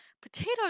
potato